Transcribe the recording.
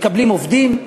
מקבלים עובדים,